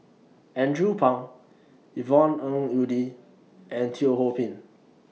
Andrew Phang Yvonne Ng Uhde and Teo Ho Pin